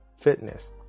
fitness